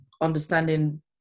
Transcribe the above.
understanding